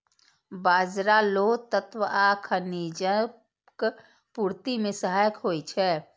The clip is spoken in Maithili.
बाजरा लौह तत्व आ खनिजक पूर्ति मे सहायक होइ छै